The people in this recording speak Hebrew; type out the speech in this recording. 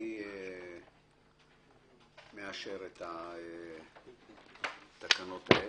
אני מאשר את התקנות האלה.